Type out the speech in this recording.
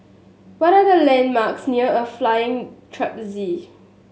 what are the landmarks near a Flying Trapeze